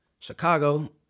Chicago